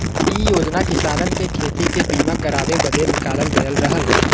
इ योजना किसानन के खेती के बीमा करावे बदे निकालल गयल रहल